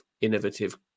innovative